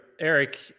Eric